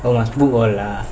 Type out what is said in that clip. oh must book all lah